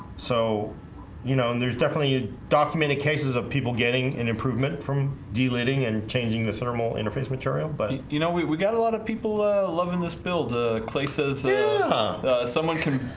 so you know there's definitely? documented cases of people getting an improvement from deleting and changing the thermal interface material but you know we we got a lot of people loving this build ah places yeah someone can